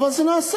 אבל זה נעשה.